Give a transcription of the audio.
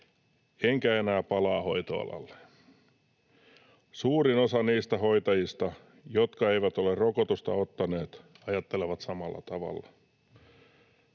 enkä enää palaa hoitoalalle. Suurin osa niistä hoitajista, jotka eivät ole rokotusta ottaneet, ajattelevat samalla tavalla: